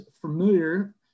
familiar